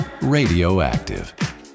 radioactive